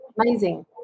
Amazing